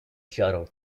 shuttle